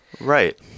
Right